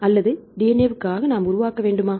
அல்லது DNA க்காக நாம் உருவாக்க வேண்டுமா